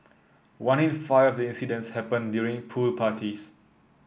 one in five of the incidents happened during pool parties